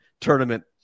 tournament